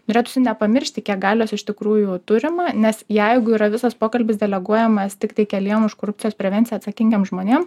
norėtųsi nepamiršti kiek galios iš tikrųjų turima nes jeigu yra visas pokalbis deleguojamas tiktai keliem už korupcijos prevenciją atsakingiem žmonėm